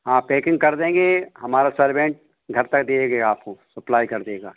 हाँ पैकिंग कर देंगे हमारा सर्वेन्ट घर तक देगा आपको सप्लाई कर देगा